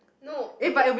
no okay